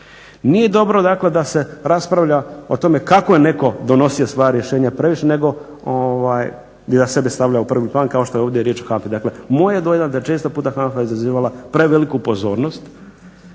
Nije dobro, dakle da se raspravlja o tome kako je neko donosio svoja rješenja previše, nego ovaj, i da sebe stavlja u prvi plan kao što je ovdje riječ o HANFA-i. Dakle, moj je dojam da često puta HANFA izazivala preveliku pozornost,